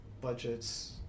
budgets